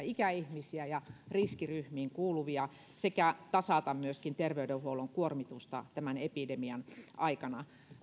ikäihmisiä ja riskiryhmiin kuuluvia sekä tasata terveydenhuollon kuormitusta tämän epidemian aikana